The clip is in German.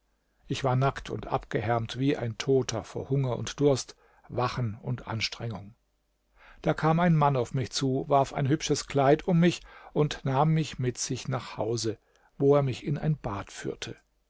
ich war nackt und abgehärmt wie ein toter vor hunger und durst wachen und anstrengung da kam ein mann auf mich zu warf ein hübsches kleid um mich und nahm mich mit sich nach hause wo er mich in ein bad führte